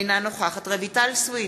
אינה נוכחת רויטל סויד,